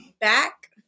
back